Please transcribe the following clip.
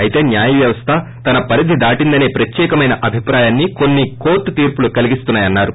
అయితే న్యాయ వ్యవస్థ తన పరిధి దాటిందనే ప్రత్యేకమైన అభిప్రాయాన్ని కొన్ని కోర్టు తీర్పులు కలిగిస్తున్నాయన్నారు